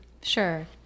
Sure